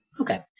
Okay